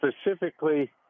specifically